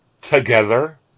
together